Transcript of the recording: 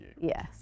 Yes